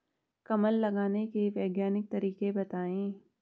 कमल लगाने के वैज्ञानिक तरीके बताएं?